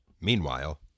Meanwhile